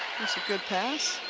it's a good pass.